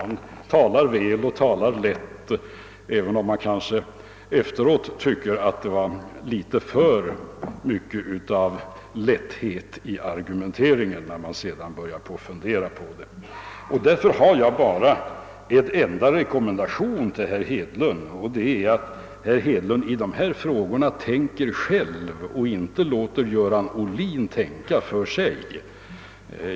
Han talar väl och talar lätt, även om man kanske efteråt, när man börjar fundera på det som sagts, tycker att det fanns litet för mycket av lätthet i argumenteringen. Därför har jag bara en enda rekommendation till herr Hedlund, och det är att herr Hedlund i dessa frågor tänker själv och inte låter Göran Ohlin tänka för sig.